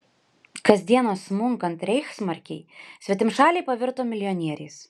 kasdieną smunkant reichsmarkei svetimšaliai pavirto milijonieriais